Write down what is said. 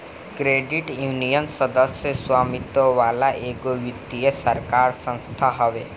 credit union, सदस्य स्वामित्व वाला एगो वित्तीय सरकारी संस्था हवे